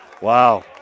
Wow